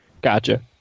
Gotcha